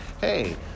hey